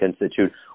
Institute